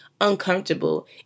uncomfortable